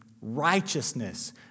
righteousness